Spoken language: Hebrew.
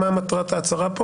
מה מטרת ההצהרה?